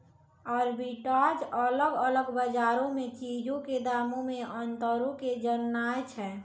arbitrage अलग अलग बजारो मे चीजो के दामो मे अंतरो के जाननाय छै